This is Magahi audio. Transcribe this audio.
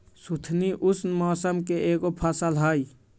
सुथनी उष्ण मौसम के एगो फसल हई